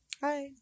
Hi